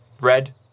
red